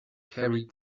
carried